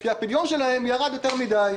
כי הפדיון שלהם ירד יותר מדי,